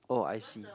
oh I see